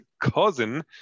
cousin